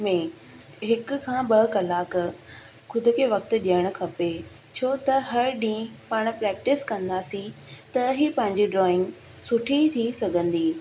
में हिक खां ॿ कलाक ख़ुदि खे वक़्तु ॾियणु खपे छो त हर ॾींहं पाण प्रैक्टिस कंदासीं त ही पंहिंजी ड्रॉइंग सुठी थी सघंदी